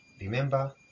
remember